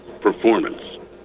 Performance